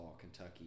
Kentucky